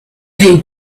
who